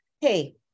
Hey